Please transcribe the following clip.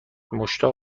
مشتاق